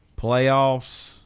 Playoffs